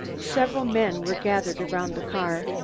several men were gathered around the car,